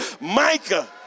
Micah